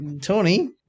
tony